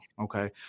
Okay